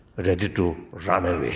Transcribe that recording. but ready to run away.